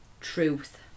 truth